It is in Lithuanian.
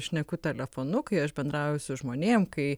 šneku telefonu kai aš bendrauju su žmonėm kai